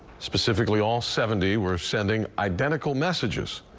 specifically all seventy were sending identical messages.